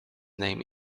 name